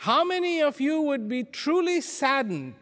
how many of you would be truly saddened